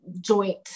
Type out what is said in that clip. joint